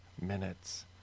minutes